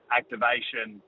activation